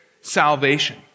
salvation